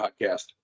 podcast